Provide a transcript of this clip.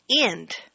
end